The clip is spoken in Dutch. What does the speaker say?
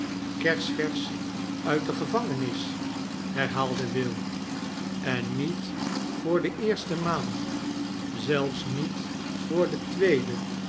kersversch uit de gevangenis herhaalde will en niet voor de eerste maal zelfs niet voor de tweede